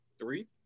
Three